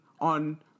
on